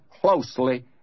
closely